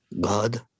god